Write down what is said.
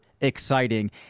exciting